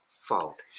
fault